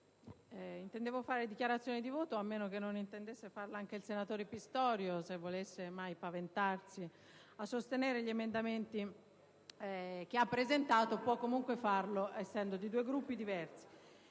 intendo fare una dichiarazione di voto, a meno che non intenda farla anche il senatore Pistorio, se ma volesse cimentarsi a sostenere l'emendamento che ha presentato; può comunque farlo, siamo di due Gruppi diversi.